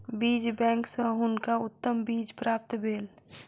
बीज बैंक सॅ हुनका उत्तम बीज प्राप्त भेल